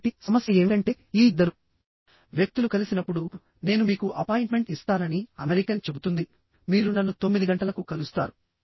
కాబట్టి సమస్య ఏమిటంటే ఈ ఇద్దరు వ్యక్తులు కలిసినప్పుడు నేను మీకు అపాయింట్మెంట్ ఇస్తానని అమెరికన్ చెబుతుంది మీరు నన్ను 9 గంటలకు కలుస్తారు